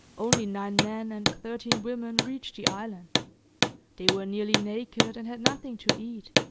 only nine men and thirteen women reached the island they were nearly naked and had nothing to eat,